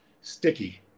sticky